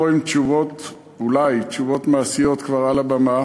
לבוא עם תשובות מעשיות כבר על הבמה.